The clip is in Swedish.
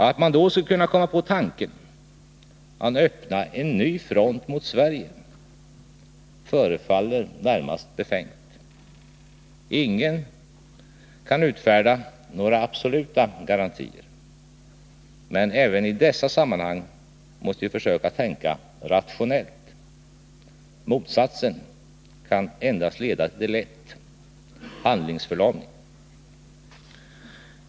Att man då skulle komma på tanken att öppna en ny front mot Sverige förefaller närmast befängt. Ingen kan utfärda några absoluta garantier. Men även i dessa sammanhang måste vi försöka tänka rationellt. Motsatsen kan endast leda till ett: handlingsförlamning.